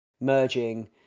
merging